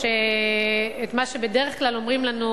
את מה שבדרך כלל אומרים לנו: